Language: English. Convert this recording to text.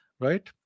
right